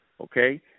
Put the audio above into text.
okay